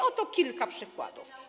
Oto kilka przykładów.